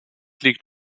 liegt